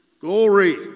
Glory